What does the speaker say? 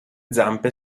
zampe